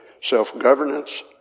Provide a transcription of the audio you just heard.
self-governance